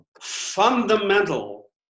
fundamental